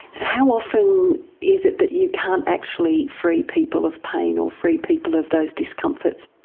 how often is it that you can't actually free people of pain or free people of those discomforts?